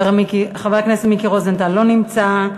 לא נמצא.